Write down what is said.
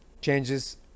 changes